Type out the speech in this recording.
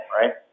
right